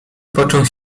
począł